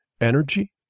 energy